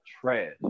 trash